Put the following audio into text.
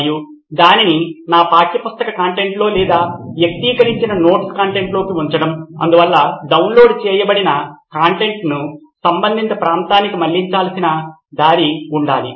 మరియు దానిని నా పాఠ్యపుస్తక కంటెంట్లో లేదా నా వ్యక్తిగతీకరించిన నోట్స్ కంటెంట్లోకి ఉంచడం అందువల్ల డౌన్లోడ్ చేయబడిన కంటెంట్ను సంబంధిత ప్రాంతానికి మళ్ళించాల్సిన దారి ఉండాలి